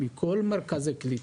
מכל מרכזי הקליטה.